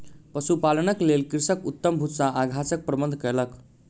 पशुपालनक लेल कृषक उत्तम भूस्सा आ घासक प्रबंध कयलक